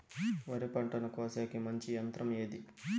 వరి పంటను కోసేకి మంచి యంత్రం ఏది?